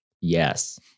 Yes